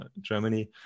Germany